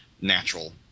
natural